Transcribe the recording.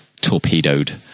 torpedoed